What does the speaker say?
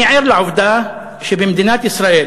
אני ער לעובדה שבמדינת ישראל,